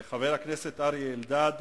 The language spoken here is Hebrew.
חבר הכנסת אריה אלדד,